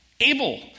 Abel